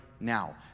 now